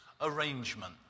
arrangement